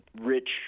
rich